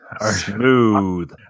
smooth